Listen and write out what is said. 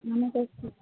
நம்ம க்ளாஸ்ஸு